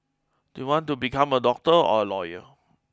do you want to become a doctor or a lawyer